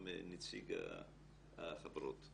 נציג החברות,